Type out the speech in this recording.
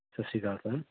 ਸਤਿ ਸ਼੍ਰੀ ਅਕਾਲ ਸਰ